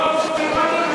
טוב שבאת,